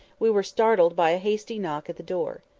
we were startled by a hasty knock at the door.